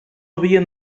havia